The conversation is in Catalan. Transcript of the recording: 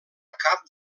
cap